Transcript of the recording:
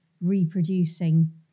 reproducing